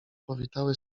powitały